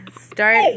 start